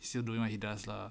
still doing what he does lah